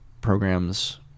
programs